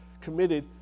committed